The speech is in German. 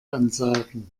ansagen